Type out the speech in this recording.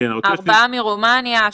ארבעה מרומניה,